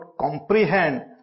comprehend